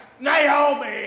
Naomi